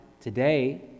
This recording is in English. today